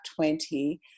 20